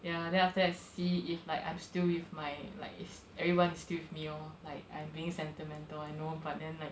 ya then after that see if like I'm still with my like if everyone's still with me orh like I'm being sentimental I know but then like